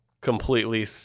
completely